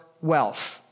wealth